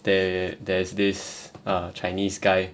there there's this err chinese guy